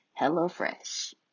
HelloFresh